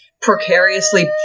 precariously